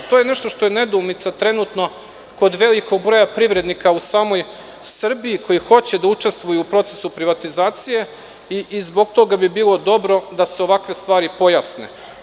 To je nešto što je nedoumica, trenutno, kod velikog broja privrednika u samoj Srbiji koji hoće da učestvuju u procesu privatizacije i zbog toga bi bilo dobro da se ovakve stvari pojasne.